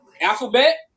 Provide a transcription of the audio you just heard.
Alphabet